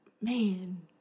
man